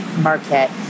Market